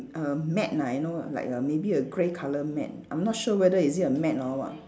a mat lah you know like a maybe a grey colour mat I'm not sure whether is it a mat or a what